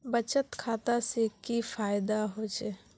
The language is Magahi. बचत खाता से की फायदा होचे?